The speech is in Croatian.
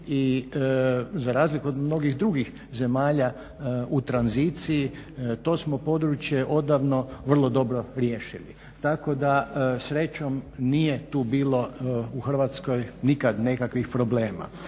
i za razliku od mnogih drugih zemalja u tranziciji to smo područje odavno vrlo dobro riješili. Tako da srećom nije tu bilo u Hrvatskoj nikad nekakvih problema.